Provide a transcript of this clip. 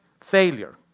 failure